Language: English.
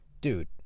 dude